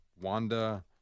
Wanda